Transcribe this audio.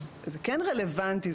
אז זה כן רלוונטי.